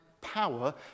power